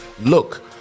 Look